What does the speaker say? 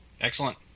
Excellent